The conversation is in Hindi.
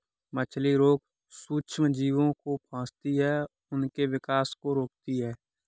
मछली रोग सूक्ष्मजीवों को फंसाती है और उनके विकास को रोकती है